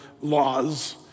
laws